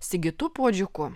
sigitu puodžiuku